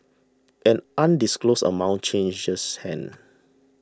an undisclosed amount changes hands